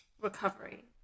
recovery